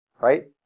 right